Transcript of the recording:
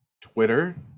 Twitter